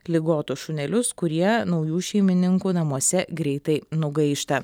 ligotus šunelius kurie naujų šeimininkų namuose greitai nugaišta